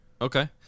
Okay